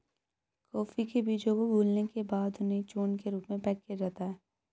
coffee के बीजों को भूलने के बाद उन्हें चूर्ण के रूप में पैक किया जाता है